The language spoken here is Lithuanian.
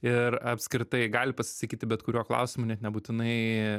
ir apskritai gali pasisakyti bet kuriuo klausimu net nebūtinai